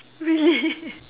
really